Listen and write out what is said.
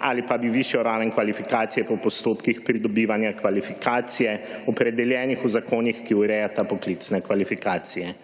ali pa bi višjo raven kvalifikacije po postopkih pridobivanja kvalifikacije, opredeljenih v zakonih, ki urejata poklicne kvalifikacije.